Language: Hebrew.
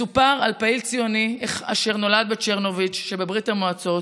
מסופר על פעיל ציוני אשר נולד בצ'רנוביץ' בברית המועצות